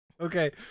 Okay